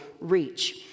reach